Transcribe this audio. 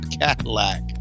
Cadillac